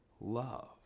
love